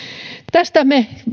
tästä me